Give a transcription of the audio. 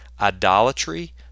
idolatry